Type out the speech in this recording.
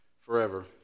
forever